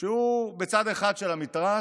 שהוא בצד אחד של המתרס,